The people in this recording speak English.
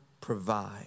provide